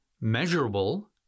measurable